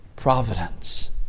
providence